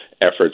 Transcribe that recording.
efforts